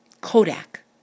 Kodak